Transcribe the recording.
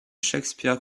shakespeare